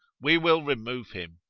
we will remove him.